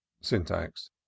Syntax